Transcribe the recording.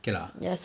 okay lah